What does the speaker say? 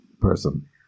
person